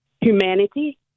humanity